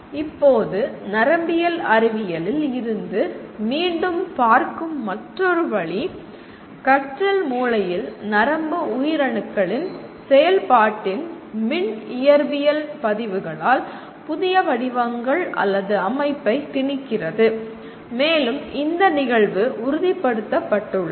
இப்போது நரம்பியல் அறிவியலில் இருந்து மீண்டும் பார்க்கும் மற்றொரு வழி கற்றல் மூளையில் நரம்பு உயிரணுக்களின் செயல்பாட்டின் மின் இயற்பியல் பதிவுகளால் புதிய வடிவங்கள் அல்லது அமைப்பைத் திணிக்கிறது மேலும் இந்த நிகழ்வு உறுதிப்படுத்தப்பட்டுள்ளது